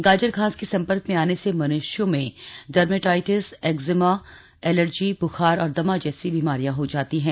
गाजर घास के संपर्क में आने से मन्ष्यों में डर्मेटाइटिस एक्जिमा एलर्जी ब्खार और दमा जैसी बीमारियां हो जाती हैं